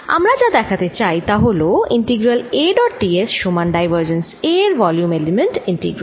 আমরা যা দেখাতে চাই তা হল integral A dot d s সমান ডাইভারজেন্স A এর ভলিউম এলিমেন্ট ইন্টিগ্রাল